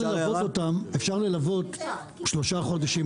אפשר ללוות אותם שלושה חודשים,